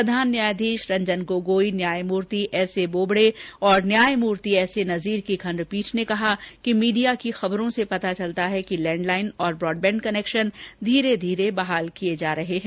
प्रधान न्यायाधीश रंजन गोगोई न्यायमूर्ति S A Bobde और न्यायमूर्ति एस ए नजीर की खंडपीठ ने कहा कि मीडिया की खबरों से पता चलता है कि लैंडलाइन और ब्रॉडबैंड कनेक्शन धीरे धीरे बहाल किये जा रहे हैं